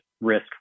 risk